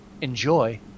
enjoy